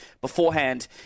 beforehand